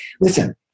Listen